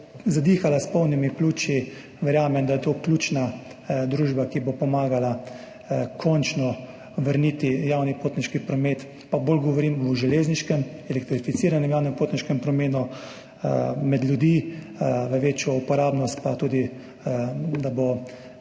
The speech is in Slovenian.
zadihala s polnimi pljuči, verjamem, da je to ključna družba, ki bo končno pomagala vrniti javni potniški promet, pa bolj govorim o železniškem, elektrificiranem javnem potniškem prometu, med ljudi, v večjo uporabnost, pa tudi, da bo – kako naj rečem?